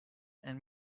and